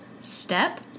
step